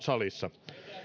salissa